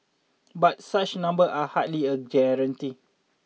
but such number are hardly a guarantee